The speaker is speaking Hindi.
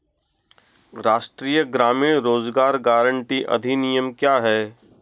राष्ट्रीय ग्रामीण रोज़गार गारंटी अधिनियम क्या है?